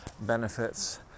benefits